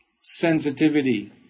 sensitivity